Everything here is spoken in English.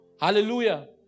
Hallelujah